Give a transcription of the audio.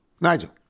Nigel